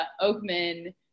Oakman